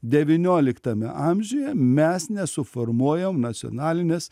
devynioliktame amžiuje mes nesuformuojam nacionalinės